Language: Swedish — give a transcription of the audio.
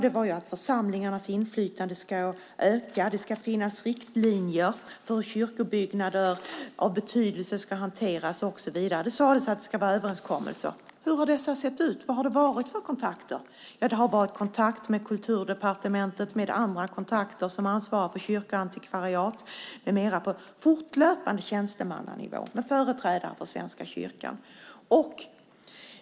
Det var ju att församlingarnas inflytande skulle öka. Det skulle finnas riktlinjer för hur kyrkobyggnader av betydelse ska hanteras och så vidare. Det sades att det skulle vara överenskommelser. Hur har dessa sett ut? Vad har det varit för kontakter? Det har varit kontakter med Kulturdepartementet. Det har fortlöpande varit kontakter med andra som ansvarar för kyrkoantikvariat med mera på tjänstemannanivå och med företrädare för Svenska kyrkan.